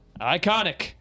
iconic